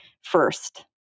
first